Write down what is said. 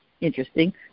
Interesting